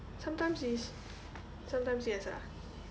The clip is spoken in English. sometimes is sometimes yes ah